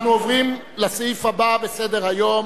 אנחנו עוברים לסעיף הבא בסדר-היום